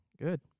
Good